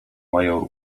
major